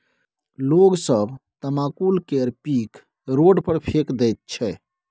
लोग सब तमाकुल केर पीक रोड पर फेकि दैत छै